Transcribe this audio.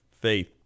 faith